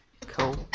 Cool